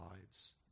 lives